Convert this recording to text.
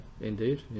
indeed